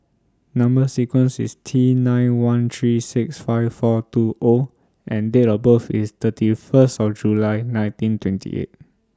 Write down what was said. Number sequence IS T nine one three six five four two O and Date of birth IS thirty First of July nineteen twenty eight